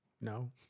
No